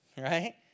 Right